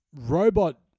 robot